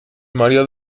maría